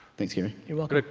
thanks gary. you're welcome.